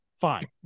Fine